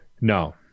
No